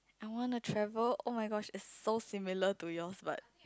I wanna travel oh-my-gosh it's so similar to yours but